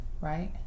right